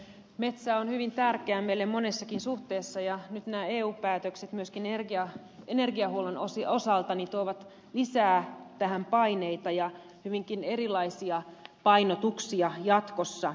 metsä on hyvin tärkeä meille monessakin suhteessa ja nyt nämä eu päätökset myöskin energiahuollon osalta tuovat lisää tähän paineita ja hyvinkin erilaisia painotuksia jatkossa